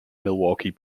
milwaukee